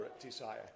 desire